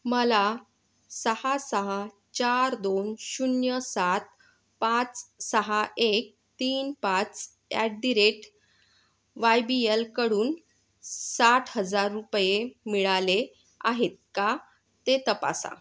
मला सहा सहा चार दोन शून्य सात पाच सहा एक तीन पाच at the rate Y B एलकडून साठ हजार रुपये मिळाले आहेत का ते तपासा